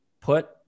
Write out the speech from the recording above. put